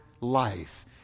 life